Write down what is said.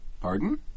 Pardon